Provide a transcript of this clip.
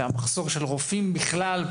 ובכלל בכל הקשור למחסור ברופאים במדינה.